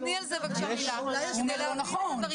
תגידי על זה בבקשה מילה כדי להבין את הדברים.